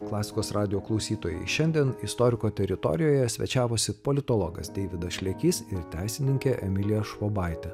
klasikos radijo klausytojai šiandien istoriko teritorijoje svečiavosi politologas deividas šlekys ir teisininkė emilija švobaitė